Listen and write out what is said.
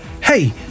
Hey